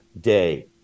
day